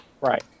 Right